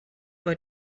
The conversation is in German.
war